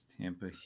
Tampa